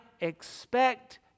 expect